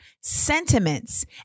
sentiments